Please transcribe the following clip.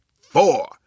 four